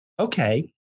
Okay